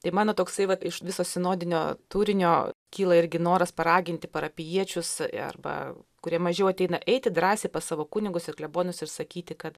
tai mano toksai va iš viso sinodinio turinio kyla irgi noras paraginti parapijiečius arba kurie mažiau ateina eiti drąsiai pas savo kunigus ir klebonus ir sakyti kad